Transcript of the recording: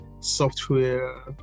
software